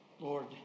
Lord